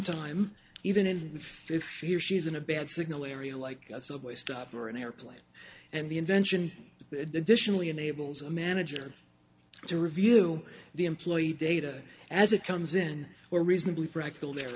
time even in the fifth year she's in a bad signal area like a subway stop or an airplane and the invention additionally enables a manager to review the employee data as it comes in or reasonably practical there